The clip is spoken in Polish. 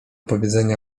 powiedzenia